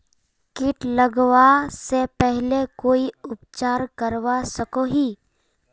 किट लगवा से पहले कोई उपचार करवा सकोहो ही?